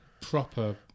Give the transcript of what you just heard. proper